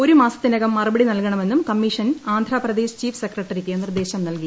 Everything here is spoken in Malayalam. ഒരു മാസത്തിനകം മറുപടി നൽകണമെന്നും കമ്മീഷൻ ആന്ധ്രാപ്രദേശ് ചീഫ് സെക്രട്ടറിക്ക് നിർദ്ദേശം നൽകി